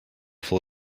full